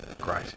Great